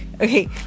okay